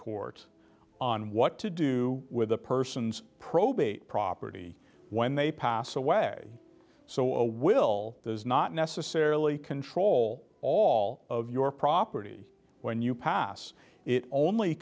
court on what to do with a person's probate property when they pass away so a will there's not necessarily control all of your property when you pass it only